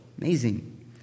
Amazing